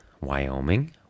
Wyoming